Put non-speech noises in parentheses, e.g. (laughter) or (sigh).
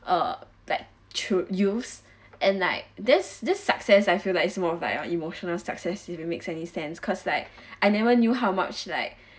uh like through youths and like this this success feel like it's more of like a emotional success if it makes any sense cause like I never knew how much like (breath)